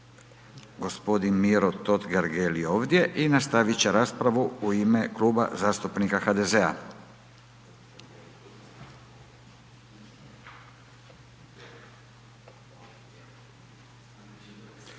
gospodin Miro Totgergeli ovdje i nastaviti će raspravu u ime Kluba zastupnika HDZ-a.